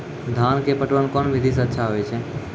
धान के पटवन कोन विधि सै अच्छा होय छै?